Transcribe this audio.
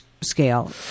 scale